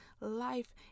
life